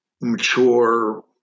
mature